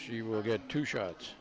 she will get two shots